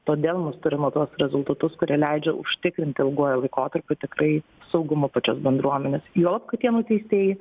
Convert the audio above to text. todėl mes turim va tuos rezultatus kurie leidžia užtikrinti ilguoju laikotarpiu tikrai saugumą pačios bendruomenės juolab kad tie nuteistieji